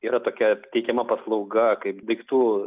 yra tokia teikiama paslauga kaip daiktų